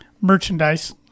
merchandise